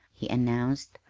he announced.